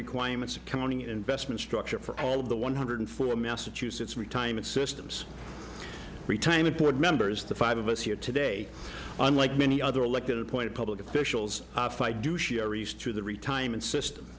requirements coming investment structure for all of the one hundred four massachusetts retirement systems retirement put members the five of us here today unlike many other elected point public officials through the retirement system